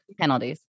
penalties